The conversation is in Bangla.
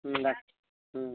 হুম রাখ হুম